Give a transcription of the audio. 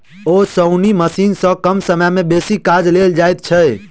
ओसौनी मशीन सॅ कम समय मे बेसी काज लेल जाइत छै